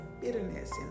bitterness